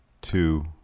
two